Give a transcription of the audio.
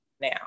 now